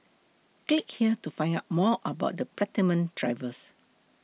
click here to find out more about the Platinum drivers